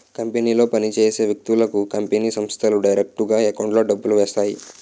కంపెనీలో పని చేసే వ్యక్తులకు కంపెనీ సంస్థలు డైరెక్టుగా ఎకౌంట్లో డబ్బులు వేస్తాయి